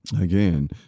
Again